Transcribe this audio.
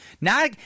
Now